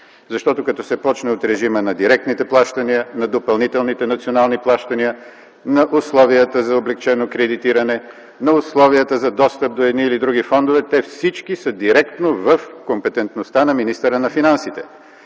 защото като се започне от режима на директните плащания, на допълнителните национални плащания, на условията за облекчено кредитиране, на условията за достъп до едни или други фондове, те всички са директно в компетентността на министъра на финансите.